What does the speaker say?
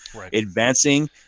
advancing